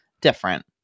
Different